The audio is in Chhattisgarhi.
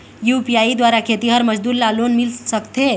यू.पी.आई द्वारा खेतीहर मजदूर ला लोन मिल सकथे?